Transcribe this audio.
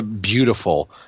beautiful